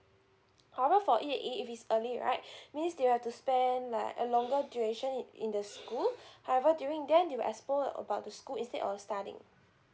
overall for E_A_E if it's early right means they are to span like a longer duration in in the school however during then they will explore about the school instead of studying